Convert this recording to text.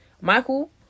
Michael